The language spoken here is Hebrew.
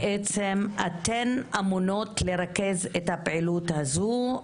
בעצם אתן אמונות לרכז את הפעילות הזו.